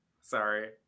Sorry